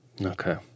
Okay